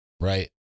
right